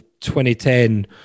2010